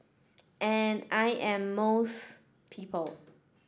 and I am most people